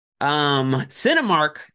Cinemark